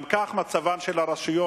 גם כך מצבן של הרשויות